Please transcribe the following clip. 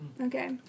Okay